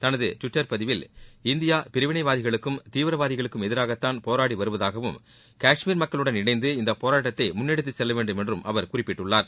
தனது டுவிட்டர் பதிவில் இந்தியா பிரிவினைவாதிகளுக்கும் தீவிரவாதிகளுக்கும் எதிராகதான் போராடி வருவதாகவும் காஷ்மீர் மக்களுடன் இணைந்து இந்த போராட்டத்தை முன்னெடுத்து செல்லவேண்டும் என்றும் அவர் குறிப்பிட்டுள்ளார்